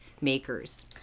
makers